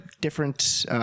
different